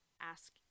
ask